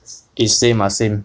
eh same ah same